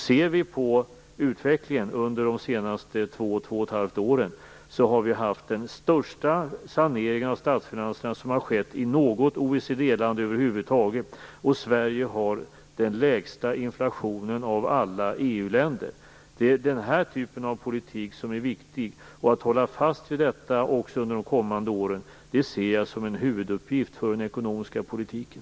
Ser vi på utvecklingen under de senaste två-två och ett halvt åren finner vi att vi har haft den största saneringen av statsfinanserna som har skett i något OECD-land över huvud taget, och Sverige har den lägsta inflationen av alla EU-länder. Det är den här typen av politik som är viktig, och det är viktigt att hålla fast vid den också under de kommande åren. Det ser jag som en huvuduppgift för den ekonomiska politiken.